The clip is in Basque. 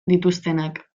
dituztenak